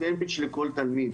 סנדוויץ' לכל תלמיד,